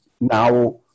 now